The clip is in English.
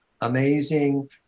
amazing